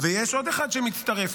ויש עוד אחד שמצטרף,